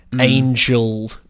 angel